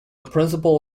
principal